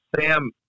Sam